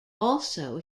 also